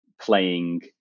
playing